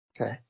okay